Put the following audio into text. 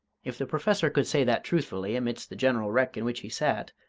if the professor could say that truthfully amidst the general wreck in which he sat,